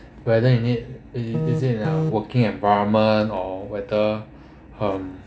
whether you need is it uh working environment or whether um